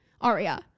Aria